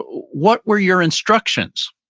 what were your instructions?